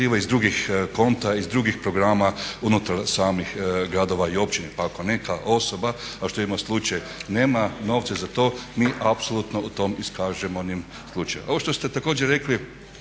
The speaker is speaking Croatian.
Ovo što ste također rekli